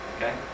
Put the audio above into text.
Okay